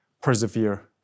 persevere